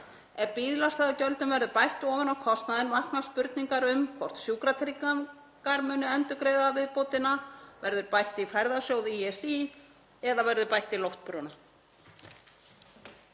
Ef bílastæðagjöldum verður bætt ofan á kostnaðinn vakna spurningar um hvort Sjúkratryggingar muni endurgreiða viðbótina. Verður bætt í ferðasjóð ÍSÍ eða verður bætt í loftbrúna?